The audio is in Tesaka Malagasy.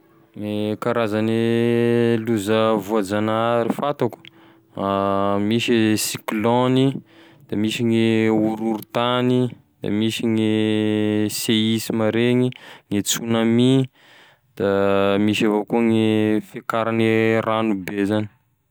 Gne karazane loza voazanahary fantako misy e cyclony, da misy gne horohorontany, misy gne seisma regny, gne tsunami, misy avao koa gne fiakarane ranobe zany.